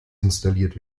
installiert